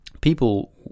People